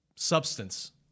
Substance